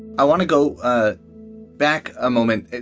i want to go ah back a moment.